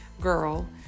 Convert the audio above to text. girl